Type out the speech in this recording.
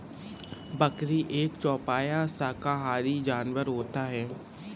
बकरी एक चौपाया शाकाहारी जानवर होता है